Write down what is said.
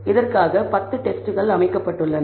இதற்காக 10 டெஸ்ட்கள் நடத்தப்பட்டுள்ளன